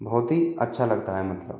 बहुत ही अच्छा लगता है मतलब